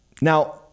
now